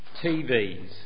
TVs